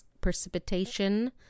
precipitation